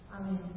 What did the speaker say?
Amen